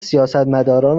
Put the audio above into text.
سیاستمداران